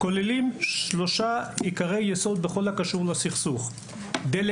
כוללים שלושה עיקרי יסוד בכל הקשור לסכסוך, והם: